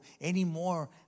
anymore